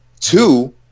Two